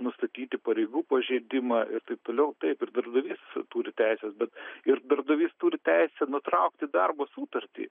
nustatyti pareigų pažeidimą ir taip toliau taip ir darbdavys turi teises bet ir darbdavys turi teisę nutraukti darbo sutartį